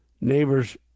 neighbor's